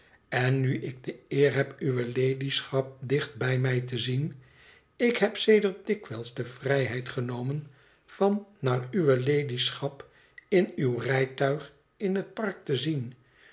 en nu ik de eer heb uwe ladyschap dicht bij mij te zien ik heb sedert dikwijls de vrijheid genomen van naar uwe ladyschap in uw rijtuig in het park te zien